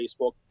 Facebook